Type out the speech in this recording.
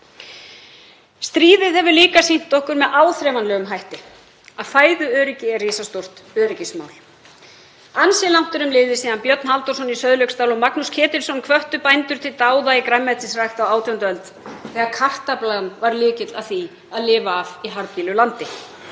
Stríðið hefur líka sýnt okkur með áþreifanlegum hætti að fæðuöryggi er risastórt öryggismál. Ansi langt er um liðið síðan Björn Halldórsson í Sauðlauksdal og Magnús Ketilsson hvöttu bændur til dáða í grænmetisrækt á 18. öld þegar kartaflan var lykill að því að lifa af í harðbýlu landi.